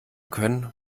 können